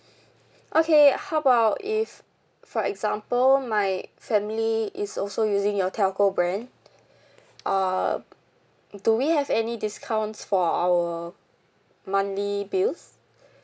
okay how about if for example my family is also using your telco brand uh do we have any discounts for our monthly bills